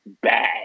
bad